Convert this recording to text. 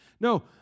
No